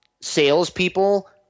salespeople